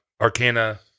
Arcana